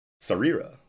Sarira